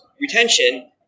retention